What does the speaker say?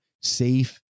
safe